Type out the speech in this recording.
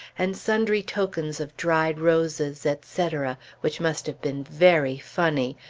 and sundry tokens of dried roses, etc, which must have been very funny,